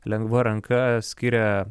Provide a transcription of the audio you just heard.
lengva ranka skiria